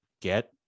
get